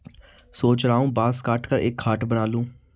सोच रहा हूं बांस काटकर एक खाट बना लूं